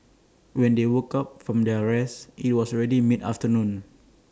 when they woke up from their rest IT was already mid afternoon